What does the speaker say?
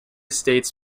states